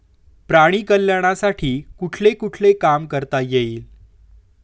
प्राणी कल्याणासाठी कुठले कुठले काम करता येईल?